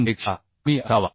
2 पेक्षा कमी असावा